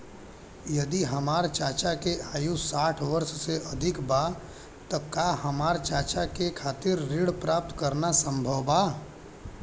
यदि हमार चाचा के आयु साठ वर्ष से अधिक बा त का हमार चाचा के खातिर ऋण प्राप्त करना संभव बा?